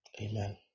Amen